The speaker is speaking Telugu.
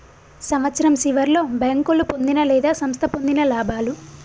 సంవత్సరం సివర్లో బేంకోలు పొందిన లేదా సంస్థ పొందిన లాభాలు